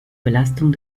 belastung